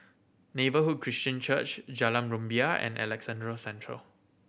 Neighbourhood Christian Church Jalan Rumbia and Alexandra Central